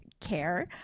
CARE